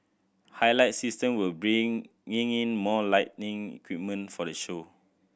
highlight System will bringing in in more lighting equipment for the show